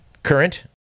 current